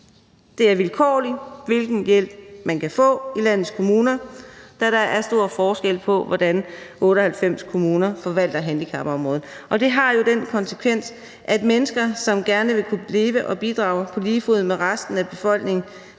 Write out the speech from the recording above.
Det er vilkårligt, hvilken hjælp man kan få i landets kommuner, da der er stor forskel på, hvordan de 98 kommuner forvalter handicapområdet. Det har den konsekvens, at mennesker, som gerne vil kunne leve og bidrage på lige fod med resten af befolkningen,